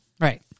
right